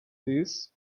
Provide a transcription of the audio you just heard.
this